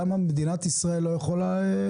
למה מדינת ישראל לא יכולה?